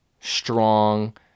strong